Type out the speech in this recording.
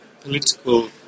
political